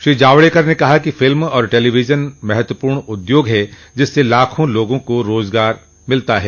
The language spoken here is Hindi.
श्री जावड़ेकर ने कहा कि फिल्म और टेलीविजन महत्वपूर्ण उद्योग है जिससे लाखों लोगों का रोजगार जुड़ा है